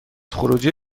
خروجی